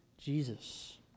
Jesus